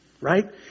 right